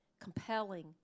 compelling